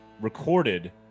recorded